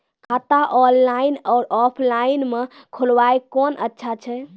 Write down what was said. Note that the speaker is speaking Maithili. खाता ऑनलाइन और ऑफलाइन म खोलवाय कुन अच्छा छै?